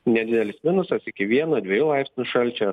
nedidelis minusas iki vieno dviejų laipsnių šalčio